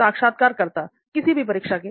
साक्षात्कारकर्ता किसी भी परीक्षा के लिए